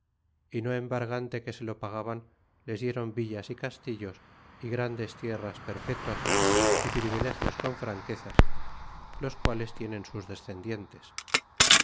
y no embargante que se lo pagaban les dieron villas y castillos y grandes tierras perpetuas y privilegios con franquezas los guales tienen sus descendientes